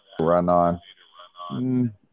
run-on